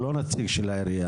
הוא לא נציג של העירייה.